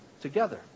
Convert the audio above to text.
together